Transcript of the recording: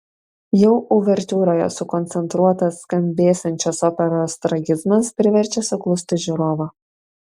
jau uvertiūroje sukoncentruotas skambėsiančios operos tragizmas priverčia suklusti žiūrovą